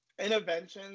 Interventions